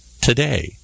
today